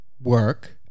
work